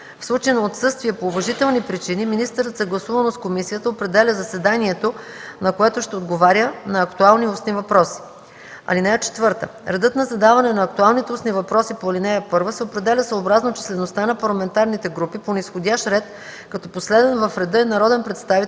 В случай на отсъствие по уважителни причини, министърът съгласувано с комисията определя заседанието, на което ще отговаря на актуални устни въпроси. (4) Редът за задаване на актуалните устни въпроси по ал. 1 се определя съобразно числеността на парламентарните групи по низходящ ред, като последен в реда е народен представител,